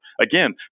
Again